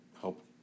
help